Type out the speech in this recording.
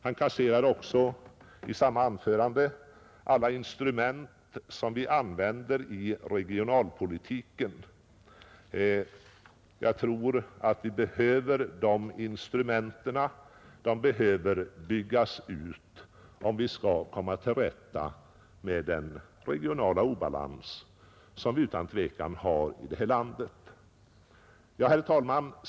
Han kasserar också i samma anförande alla de instrument som vi använder i regionalpolitiken. Jag tror att vi behöver de instrumenten och att de bör byggas ut, om vi skall komma till rätta med den regionala obalans som utan tvivel råder i landet. Herr talman!